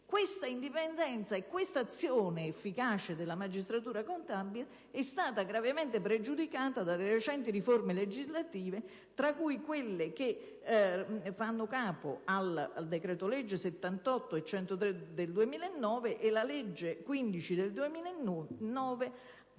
questa indipendenza e questa azione efficace della magistratura contabile sono state gravemente pregiudicate dalle recenti riforme legislative, tra cui quelle che fanno capo ai decreti-legge 1° luglio 2009, n. 78, e 3 agosto 2009,